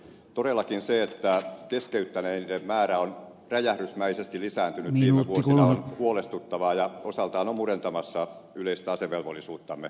todellakin se että keskeyttäneiden määrä on räjähdysmäisesti lisääntynyt viime vuosina on huolestuttavaa ja osaltaan on murentamassa yleistä asevelvollisuuttamme